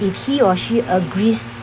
if he or she agrees